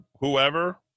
whoever